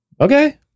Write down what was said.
Okay